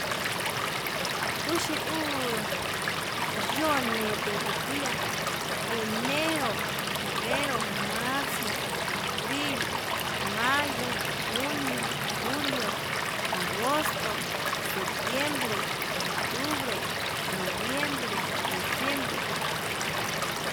Uxi uu yo'o neto kuia enero, febrero, marzo, abril, mayo, junio, julio, agosto, septiembre, octubre, noviembre, diciembre.